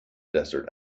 desert